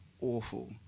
awful